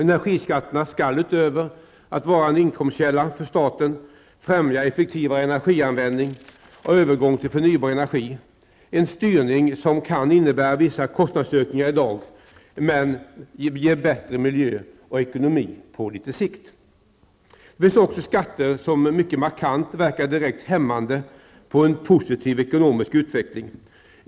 Energiskatterna skall, utöver att vara en inkomstkälla för staten, främja effektivare energianvändning och övergång till förnybar energi. Denna styrning kan innebära vissa kostnadsökningar i dag, men bättre miljö och ekonomi på litet sikt. Det finns också skatter som mycket markant verkar direkt hämmande på en positiv ekonomisk utveckling.